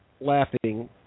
laughing